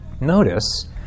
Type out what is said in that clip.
Notice